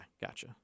gotcha